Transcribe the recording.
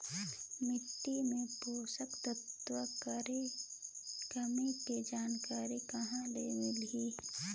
माटी मे पोषक तत्व कर कमी के जानकारी कहां ले मिलही?